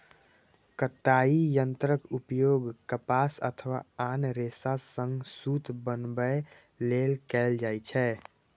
कताइ यंत्रक उपयोग कपास अथवा आन रेशा सं सूत बनबै लेल कैल जाइ छै